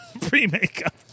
pre-makeup